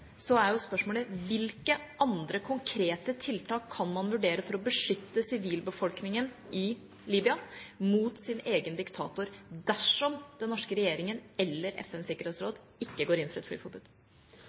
er spørsmålet: Dersom den norske regjeringen eller FNs sikkerhetsråd ikke går inn for et flyforbud, hvilke andre konkrete tiltak kan man vurdere for å beskytte sivilbefolkningen i Libya mot sin egen diktator? Den